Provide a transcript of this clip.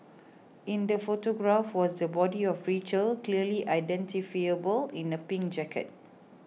in the photograph was the body of Rachel clearly identifiable in a pink jacket